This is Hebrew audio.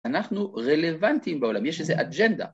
אנחנו רלוונטיים בעולם, יש לזה אג'נדה.